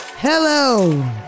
Hello